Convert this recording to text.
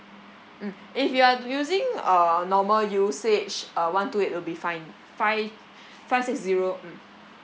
mm if you are using uh normal usage uh one two eight will be fine fi~ five six zero mm